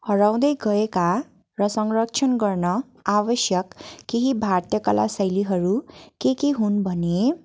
हराउँदै गएका र संरक्षण गर्न आवश्यक केही भारतीय कला शैलीहरू के के हुन् भने